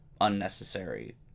unnecessary